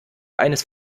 eines